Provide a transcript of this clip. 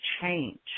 change